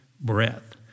breath